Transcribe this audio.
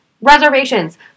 Reservations